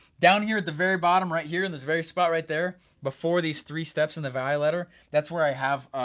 down here at the very bottom, right here, and this very spot right there, before these three steps in the value ladder, that's where i have,